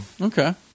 Okay